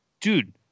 dude